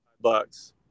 bucks